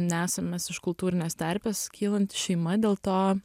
nesam mes iš kultūrinės terpės kylanti šeima dėl to